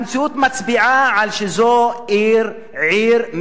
והמציאות מצביעה על כך שזו עיר מחולקת,